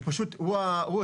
הוא פשוט השליח,